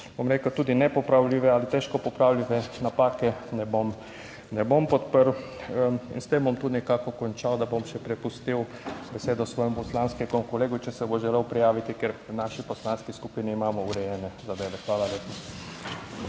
tudi nepopravljive ali težko popravljive napake, ne bom, ne bom podprl in s tem bom tudi nekako končal, da bom še prepustil besedo svojemu poslanskemu kolegu, če se bo želel prijaviti, ker v naši poslanski skupini imamo urejene zadeve. Hvala lepa.